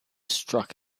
struck